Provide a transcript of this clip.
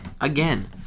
again